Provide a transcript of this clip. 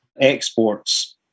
Exports